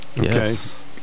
Yes